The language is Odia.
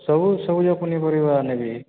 ସବୁ ସବୁଯାକ ପନିପରିବା ନେବି